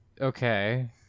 Okay